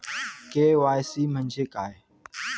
KYC म्हंजे काय?